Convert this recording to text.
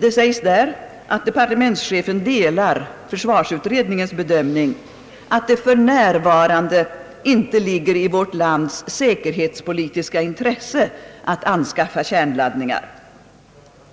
Det sägs där att departementschefen delar försvarsutredningens bedömning, »att det för närvarande inte ligger i vårt lands säkerhetspolitiska intresse att anskaffa kärnladdningar».